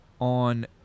on